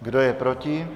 Kdo je proti?